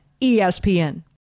ESPN